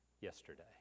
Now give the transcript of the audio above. yesterday